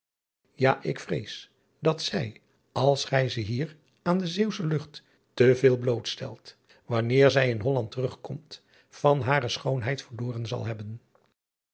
a ik vrees dat zij als gij ze hier aan de eeuwsche lucht te veel blootstelt wanneer zij in olland terugkomt van hare schoonheid verloren zal hebben